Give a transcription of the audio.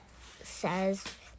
says